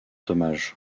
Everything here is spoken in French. hommage